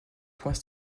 points